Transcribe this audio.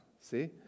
See